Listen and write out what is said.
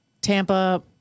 Tampa